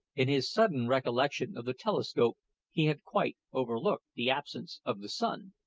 in his sudden recollection of the telescope he had quite overlooked the absence of the sun.